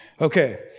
Okay